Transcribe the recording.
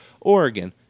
Oregon